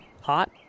Hot